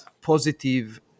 positive